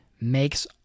makes